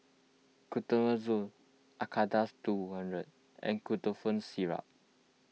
Fluconazole Acardust two hundred and Ketotifen Syrup